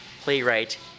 playwright